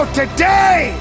today